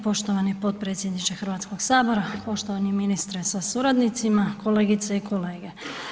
Poštovani potpredsjedniče Hrvatskoga sabora, poštovani ministre sa suradnicima, kolegice i kolege.